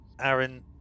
Aaron